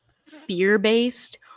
fear-based